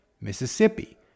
Mississippi